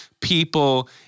people